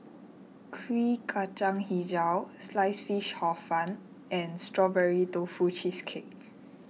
Kuih Kacang HiJau Sliced Fish Hor Fun and Strawberry Tofu Cheesecake